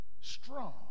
strong